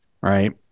right